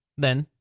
then,